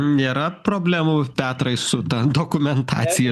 nėra problemų petrai su ta dokumentacija